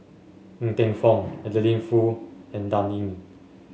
Ng Teng Fong Adeline Foo and Dan Ying